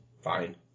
Fine